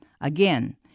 Again